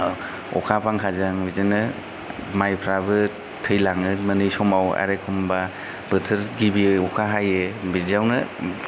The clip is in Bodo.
अखा बांखाजों बिदिनो माइफ्राबो थैलाङो मोनै समाव आर एखमब्ला बोथोर गिबि अखा हायो बिदियावनो